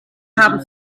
haben